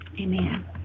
Amen